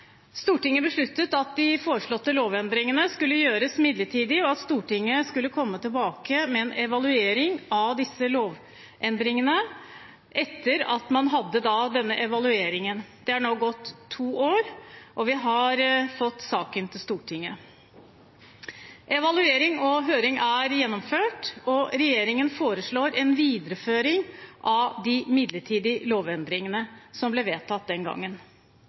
Stortinget besluttet at de foreslåtte lovendringene skulle gjøres midlertidige, og at Stortinget skulle komme tilbake med en evaluering av disse lovendringene. Det er nå gått to år, og vi har fått saken til Stortinget. Evaluering og høring er gjennomført, og regjeringen foreslår en videreføring av de midlertidige lovendringene som ble vedtatt den gangen.